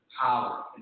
power